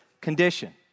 condition